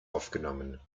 aufgenommen